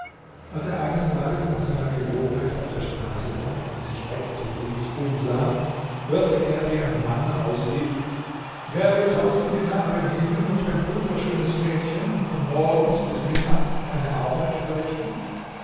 als er eines tages nach seiner gewohnheit auf der straße war und sich rechts und links umsah hörte er wie ein mann ausrief wer will tausend dinare nehmen und ein wunderschönes mädchen und von morgens bis mittags eine arbeit verrichten